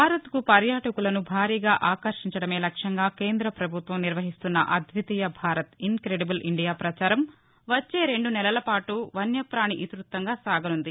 భారత్కు పర్యాటకులను భారీగా ఆకర్షించదమే లక్ష్యంగా కేంద్ర ప్రభుత్వం నిర్వహిస్తున్న అద్వితీయ భారత్ ఇస్ క్రెడిబుల్ ఇండియా ప్రచారం వచ్చే రెండు నెలల పాటు వన్యపాణి ఇతివృత్తంగా సాగనుంది